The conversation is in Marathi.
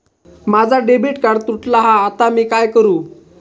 माझा डेबिट कार्ड तुटला हा आता मी काय करू?